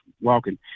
walking